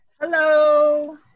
Hello